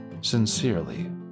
Sincerely